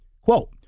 quote